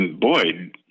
boy